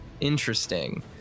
Interesting